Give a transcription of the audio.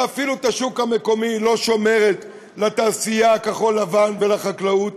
ואפילו את השוק המקומי היא לא שומרת לתעשייה כחול-לבן ולחקלאות,